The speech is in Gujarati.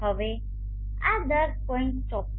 હવે આ 10